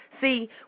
See